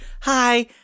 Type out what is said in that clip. hi